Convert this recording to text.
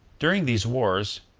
during these wars,